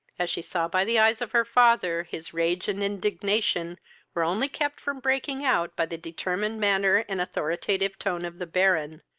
as she saw by the eyes of her father his rage and indignation were only kept from breaking out by the determined manner and authoritative tone of the baron,